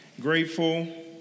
Grateful